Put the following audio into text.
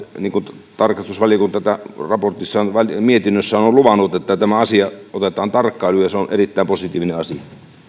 niin kuin tarkastusvaliokunta mietinnössään on luvannut että tämä asia otetaan tarkkailuun ja se on erittäin positiivinen asia